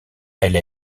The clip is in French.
elle